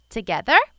Together